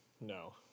No